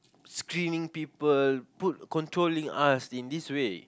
screaming people put controlling us in this way